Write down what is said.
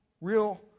real